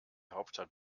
hauptstadt